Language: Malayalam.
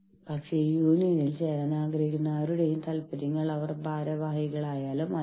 നമ്മൾക്ക് trade unions act trade union ഭേദഗതികൾ എന്നിവ ഉണ്ട്